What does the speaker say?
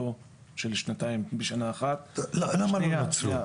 של שנתיים בשנה אחת --- למה לא נוצלו?